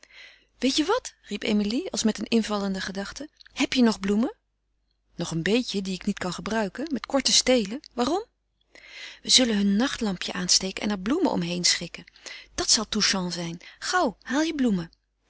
weet je wat riep emilie als met een invallende gedachte heb je nog bloemen nog een beetje die ik niet kan gebruiken met korte stelen waarom we zullen hun nachtlampje aansteken en er de bloemen omheen schikken dat zal touchant zijn gauw haal je bloemen